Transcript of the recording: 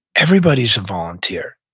everybody's a volunteer.